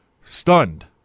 stunned